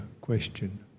question